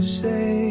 say